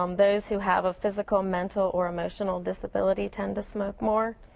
um those who have a physical, mental, or emotional disability tend to smoke more.